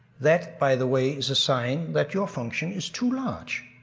that, by the way, is a sign that your function is too large,